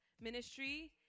Ministry